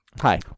hi